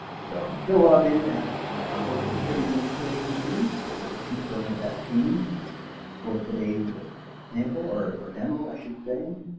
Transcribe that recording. so i'm still logged in as social security administration here, so we just keep going with that theme for today's sample or demo i should say.